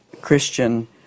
Christian